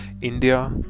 India